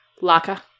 Laka